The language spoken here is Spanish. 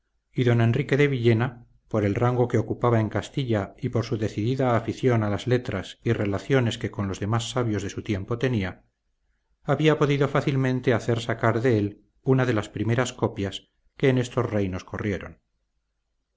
don enrique de villena por el rango que ocupaba en castilla y por su decidida afición a las letras y relaciones que con los demás sabios de su tiempo tenía había podido fácilmente hacer sacar de él una de las primeras copias que en estos reinos corrieron